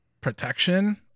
protection